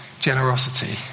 generosity